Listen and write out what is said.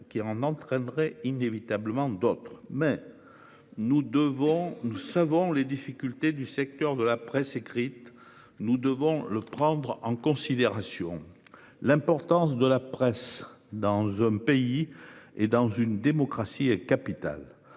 qui en entraînerait inévitablement d'autres. Mais nous connaissons les difficultés du secteur de la presse écrite, et nous devons les prendre en considération. L'importance de la presse dans un pays et dans une démocratie est capitale.